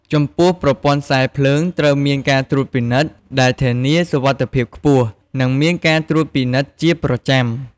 ចំពោះប្រព័ន្ធខ្សែភ្លើងត្រូវមានការត្រួតពិនិត្យ ដែលធានាសុវត្ថិភាពខ្ពស់ និងមានការត្រួតពិនិត្យជាប្រចាំ។